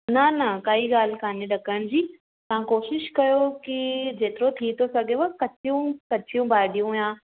न न काई ॻाल्हि कान्हे ॾकण जी तव्हां कोशिशि कयो की जेतिरो थी थो सघेव कचियूं कचियूं भाॼियूं या